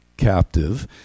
captive